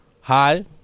Hi